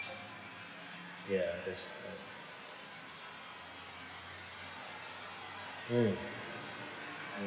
ya that's right mm